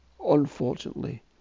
unfortunately